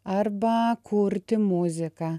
arba kurti muziką